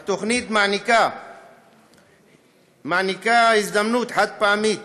תוכנית שמעניקה הזדמנות חד-פעמית